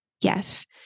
Yes